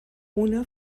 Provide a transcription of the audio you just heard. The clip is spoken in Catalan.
una